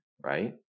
right